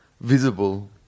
visible